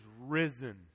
risen